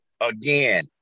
again